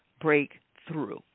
breakthrough